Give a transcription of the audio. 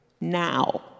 now